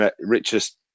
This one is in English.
richest